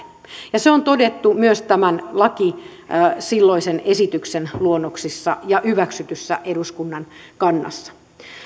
ja se on todettu myös tämän silloisen lakiesityksen luonnoksissa ja hyväksytyssä eduskunnan kannassa